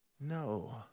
No